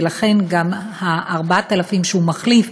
ולכן גם ה-4,000 שהוא מחליף,